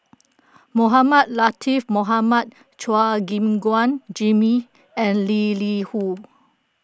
Mohamed Latiff Mohamed Chua Gim Guan Jimmy and Lee Li Hu